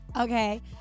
Okay